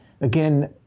again